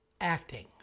acting